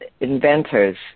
inventors